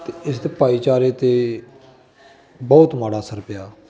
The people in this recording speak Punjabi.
ਅਤੇ ਇਸ ਭਾਈਚਾਰੇ 'ਤੇ ਬਹੁਤ ਮਾੜਾ ਅਸਰ ਪਿਆ